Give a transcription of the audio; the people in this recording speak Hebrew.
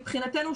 מבחינתנו,